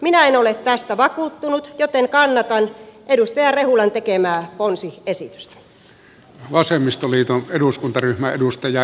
minä en ole tästä vakuuttunut joten kannatan edustaja rehulan tekemää ponsiesitystä